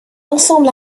ensemble